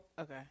Okay